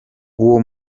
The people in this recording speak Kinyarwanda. uwo